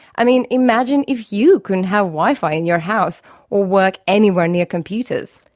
i mean, imagine if you couldn't have wifi in your house or work anywhere near computers.